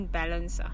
balance